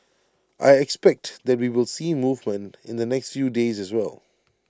I expect that we will see movement in the next few days as well